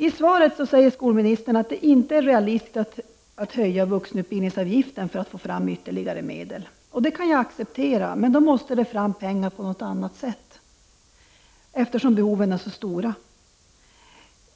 I sitt svar säger skolministern att det inte är realistiskt att höja vuxenutbildningsavgiften för att få fram ytterligare medel. Detta kan jag acceptera, men då måste det frum pengar på något annat sätt, eftersom behoven är så stora.